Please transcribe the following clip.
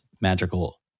magical